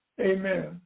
amen